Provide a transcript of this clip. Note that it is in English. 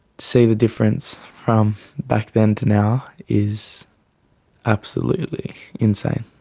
see the difference from back then to now is absolutely insane.